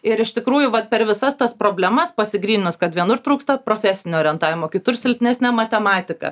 ir iš tikrųjų vat per visas tas problemas pasigryninus kad vienur trūksta profesinio orientavimo kitur silpnesnė matematika